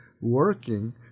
working